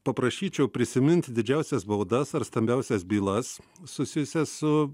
paprašyčiau prisiminti didžiausias baudas ar stambiausias bylas susijusias su